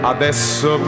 Adesso